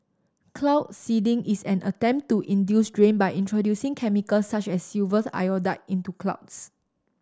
cloud seeding is an attempt to induce rain by introducing chemicals such as silver iodide into clouds